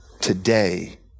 today